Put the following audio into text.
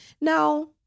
now